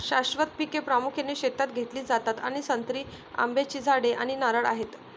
शाश्वत पिके प्रामुख्याने शेतात घेतली जातात आणि संत्री, आंब्याची झाडे आणि नारळ आहेत